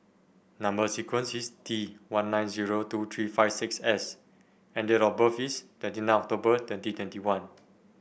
number sequence is T one nine zero two three five six S and date of birth is twenty nine October twenty twenty one